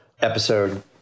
episode